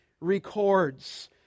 records